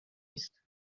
نیست